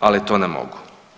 ali to ne mogu.